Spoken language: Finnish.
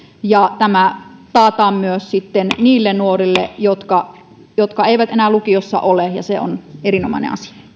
tämä taataan myös sitten niille nuorille jotka jotka eivät enää lukiossa ole ja se on erinomainen asia